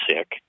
sick